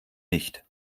nicht